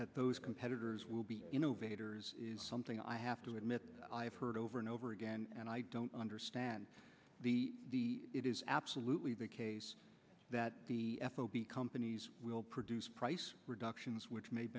that those competitors will be innovators is something i have to admit i have heard over and over again and i don't understand the it is absolutely the case that the f o b companies will produce price reductions which ma